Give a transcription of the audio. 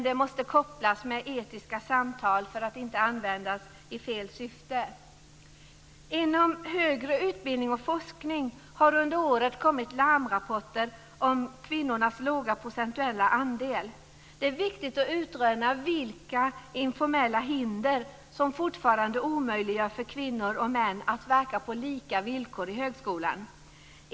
Det måste dock kopplas med etiska samtal för att inte användas i fel syfte. Under året har det kommit larmrapporter om kvinnornas låga procentuella andel inom högre utbildning och forskning. Det är viktigt att utröna vilka informella hinder som fortfarande omöjliggör för kvinnor och män att verka på lika villkor i högskolan.